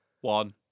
One